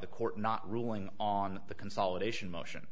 the court not ruling on the consolidation motion